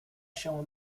się